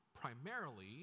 primarily